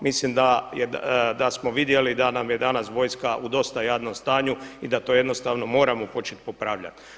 Mislim da smo vidjeli da nam je danas vojska u dosta jadnom stanju i da to jednostavno moramo početi popravljati.